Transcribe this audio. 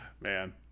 man